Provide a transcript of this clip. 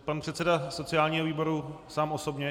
Pan předseda sociálního výboru sám osobně?